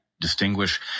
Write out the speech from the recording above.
distinguish